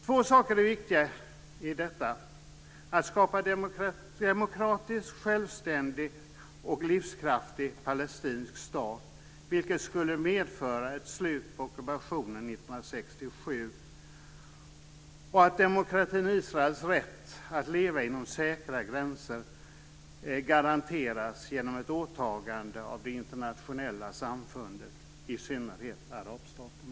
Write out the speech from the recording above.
Två saker är viktiga, nämligen att skapa en demokratisk, självständig och livskraftig palestinsk stat, vilket skulle medföra ett slut på ockupationen 1967 och att demokratin Israels rätt att leva inom säkra gränser garanteras genom ett åtagande av det internationella samfundet, i synnerhet arabstaterna.